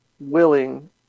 Willing